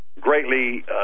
greatly